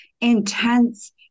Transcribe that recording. intense